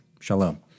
Shalom